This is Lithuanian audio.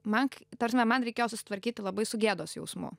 mank ta prasme man reikėjo susitvarkyti labai su gėdos jausmu